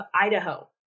Idaho